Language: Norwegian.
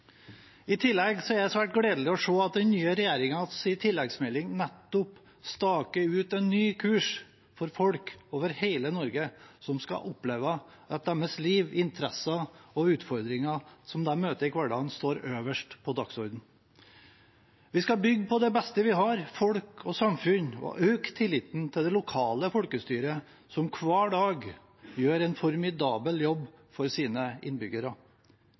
I tillegg er det svært gledelig å at se at den nye regjeringas tilleggsmelding nettopp staker ut en ny kurs hvor folk over hele Norge skal oppleve at deres liv, deres interesser og utfordringer de møter i hverdagen, står øverst på dagsordenen. Vi skal bygge på det beste vi har, folk og samfunn, og øke tilliten til det lokale folkestyret som hver dag gjør en formidabel jobb for sine innbyggere.